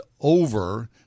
over